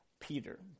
Peter